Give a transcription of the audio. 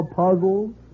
puzzles